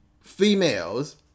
females